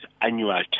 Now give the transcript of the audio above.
annual